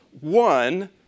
one